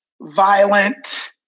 violent